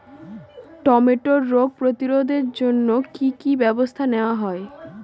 টমেটোর রোগ প্রতিরোধে জন্য কি কী ব্যবস্থা নেওয়া হয়?